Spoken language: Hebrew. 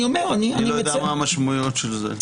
אני לא יודע מה המשמעויות של זה.